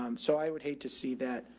um so i would hate to see that,